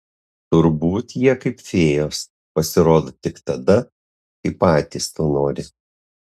turbūt jie kaip fėjos pasirodo tik tada kai patys to nori